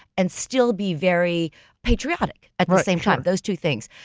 and still be very patriotic at the same time, those two things.